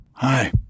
Hi